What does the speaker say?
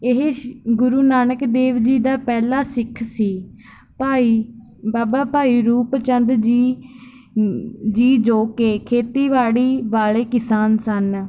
ਇਹ ਗੁਰੂ ਨਾਨਕ ਦੇਵ ਜੀ ਦਾ ਪਹਿਲਾ ਸਿੱਖ ਸੀ ਭਾਈ ਬਾਬਾ ਭਾਈ ਰੂਪ ਚੰਦ ਜੀ ਜੀ ਜੋ ਕਿ ਖੇਤੀਬਾੜੀ ਵਾਲੇ ਕਿਸਾਨ ਸਨ